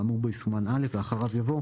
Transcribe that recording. האמור בו יסומן "(א)" ואחריו יבוא: